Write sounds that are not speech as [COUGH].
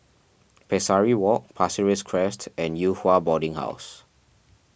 [NOISE] Pesari Walk Pasir Ris Crest and Yew Hua Boarding House